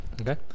Okay